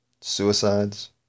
suicides